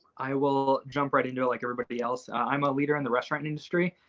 i will jump right into it like everybody else. i'm a leader in the restaurant industry.